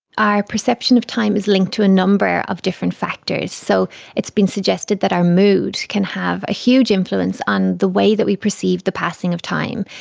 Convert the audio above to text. our perception of time is linked to a number of different factors. so it's been suggested that our mood can have a huge influence on the way that we perceive the passing of time.